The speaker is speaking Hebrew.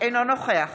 אינו נוכח